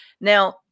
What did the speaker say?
Now